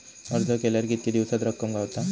अर्ज केल्यार कीतके दिवसात रक्कम गावता?